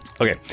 Okay